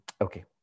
Okay